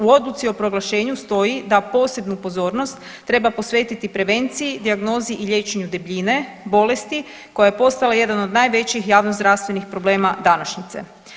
U odluci o proglašenju stoji da posebnu pozornost treba posvetiti prevenciji, dijagnozi i liječenju debljine, bolesti koja je postala jedan od najvećih javnozdravstvenih problema današnjice.